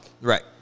Right